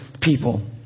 people